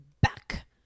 back